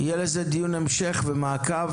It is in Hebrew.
יהיה לזה דיון המשך ומעקב,